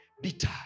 bitter